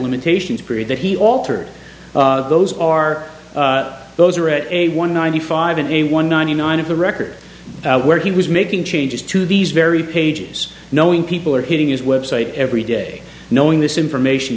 limitations period that he altered those are those are at a one ninety five and a one ninety nine of the record where he was making changes to these very pages knowing people are hitting his website every day knowing this information